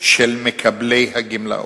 של מקבלי הגמלאות.